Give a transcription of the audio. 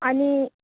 आनी